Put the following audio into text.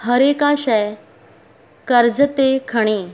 हरिका शइ कर्ज़ ते खणी